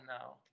now